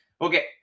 Okay